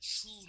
true